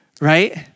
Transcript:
right